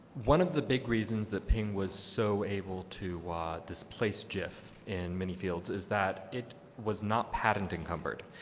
one of the big reasons that png was so able to displace gif in many fields is that it was not patent-encumbered.